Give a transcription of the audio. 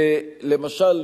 למשל,